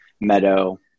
Meadow